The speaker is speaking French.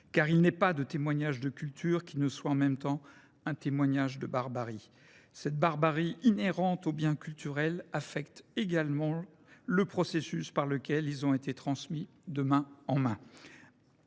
Car il n’est pas de témoignage de culture qui ne soit en même temps un témoignage de barbarie. Cette barbarie inhérente aux biens culturels affecte également le processus par lequel ils ont été transmis de main en main.